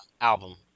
album